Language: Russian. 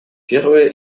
первое